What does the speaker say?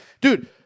Dude